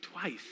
twice